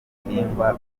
ibihingwa